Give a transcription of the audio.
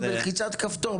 זה בלחיצת כפתור.